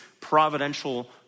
providential